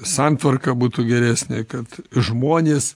santvarka būtų geresnė kad žmonės